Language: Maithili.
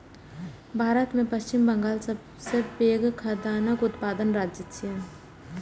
भारत मे पश्चिम बंगाल सबसं पैघ खाद्यान्न उत्पादक राज्य छियै